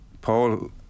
Paul